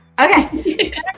Okay